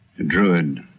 druid,